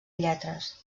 lletres